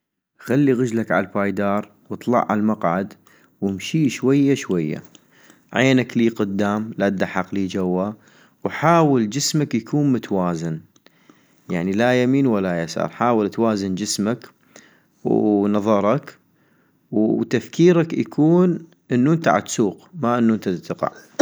خلي غجلك عالبايدار واطلع عالمقعد وامشي شوية شوية ، عينك لي قدام لا ادحق لي جوا ، وحاول جسمك يكون متوازن ،يعني لا يمين ولا يسار ، حاول توازن جسمك ، ونظرك وتفكيرك يكون انو انت تتسوق ما انو انت دتقع